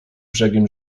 brzegiem